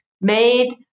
made